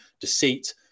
deceit